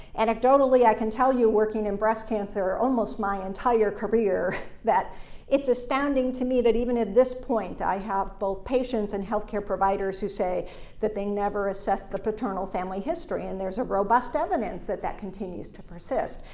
anecdotally, i can tell you working in breast cancer almost my entire career that it's astounding to me that even at this point, i have both patients and healthcare providers who say that they never assessed the paternal family history, and there's a robust evidence that that continues to persist,